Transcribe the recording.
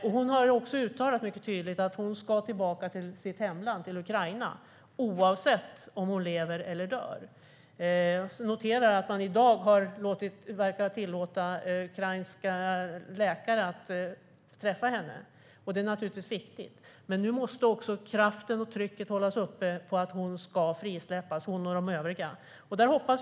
Nadija har mycket tydligt uttalat att hon ska tillbaka till sitt hemland Ukraina oavsett om hon lever eller dör. Jag noterar att ukrainska läkare har tillåtits träffa henne - det är naturligtvis viktigt - men nu måste också kraften och trycket hållas uppe på att hon och de övriga ska frisläppas.